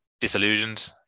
Disillusioned